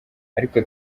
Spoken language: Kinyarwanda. ariko